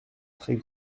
très